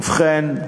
ובכן,